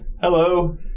Hello